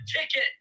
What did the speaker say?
ticket